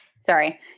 Sorry